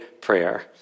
prayer